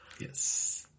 Yes